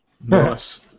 Nice